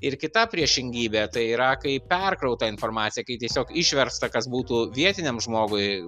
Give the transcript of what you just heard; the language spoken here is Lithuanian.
ir kita priešingybė tai yra kai perkrauta informacija kai tiesiog išversta kas būtų vietiniam žmogui